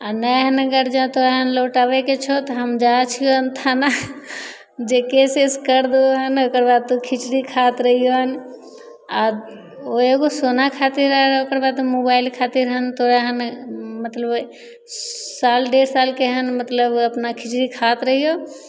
आओर नहि एहन अगर जँ तोरा लौटाबयके छौ तऽ हम जाइ छियौ थाना जे केस एस कर देबोहन ओकर बाद तू खिचड़ी खाइत रहियैन आओर ओ एगो सोना खातिर आ ओकर बाद मोबाइल खातिर हैन तोरा हैन मतलब साल डेढ़ साल के हैन मतलब अपना खिचड़ी खात रहियौ